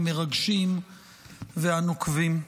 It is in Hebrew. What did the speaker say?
המרגשים והנוקבים.